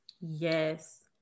Yes